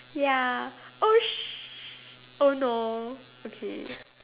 ya oh shit oh no okay